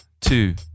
two